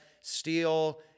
steel